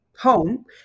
home